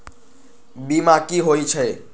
बीमा कि होई छई?